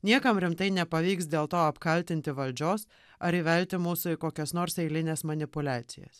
niekam rimtai nepavyks dėl to apkaltinti valdžios ar įvelti mūsų į kokias nors eilines manipuliacijas